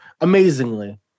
Amazingly